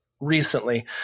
recently